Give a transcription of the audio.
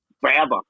forever